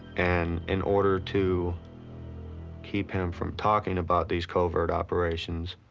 and in order to keep him from talking about these covert operations,